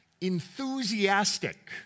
enthusiastic